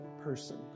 person